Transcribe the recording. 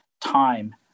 time